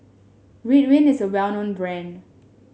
Ridwind is a well known brand